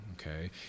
okay